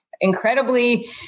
incredibly